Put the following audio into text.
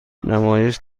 نمایش